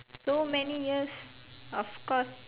so many years of course